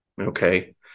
Okay